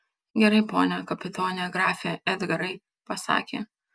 gerai pone kapitone grafe edgarai pasakė